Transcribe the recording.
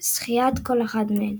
זכיית כל אחת מהן.